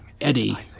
Eddie